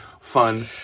fun